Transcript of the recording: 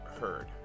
heard